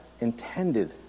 intended